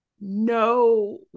No